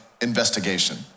investigation